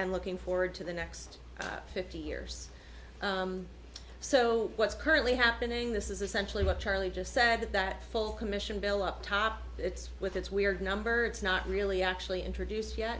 and looking forward to the next fifty years so what's currently happening this is essentially what charlie just said that full commission bill up top it's with it's weird number it's not really actually introduced yet